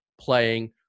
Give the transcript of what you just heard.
playing